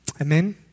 Amen